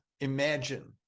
imagine